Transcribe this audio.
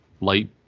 light